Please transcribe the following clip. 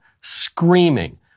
screaming